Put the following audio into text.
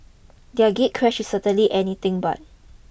their gatecrash is certainly anything but